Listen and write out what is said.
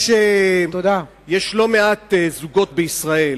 יש לא מעט זוגות בישראל